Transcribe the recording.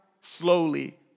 slowly